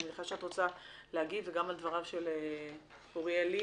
אני מניחה שאת רוצה להגיב גם על דבריו של אוריאל לין.